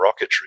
rocketry